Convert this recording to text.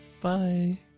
Bye